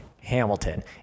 Hamilton